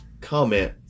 comment